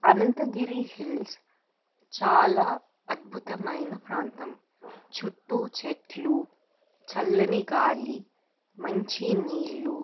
Anantagiri Hills చాలా అద్భుతమైన ప్రాంతం చుట్టూ చెట్లు చల్లని గాలి మంచినీళ్లు